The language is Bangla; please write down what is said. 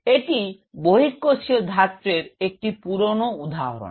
এটি বহিঃকোষীয় ধাত্রের একটি পুরনো উদাহরণ